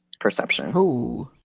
perception